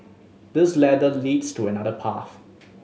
this ladder leads to another path